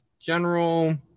general